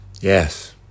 Yes